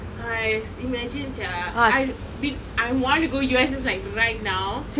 !hais! imagine sia I I've been I want to go U_S_S like right now